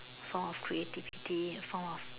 form of creativity form of